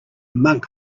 monk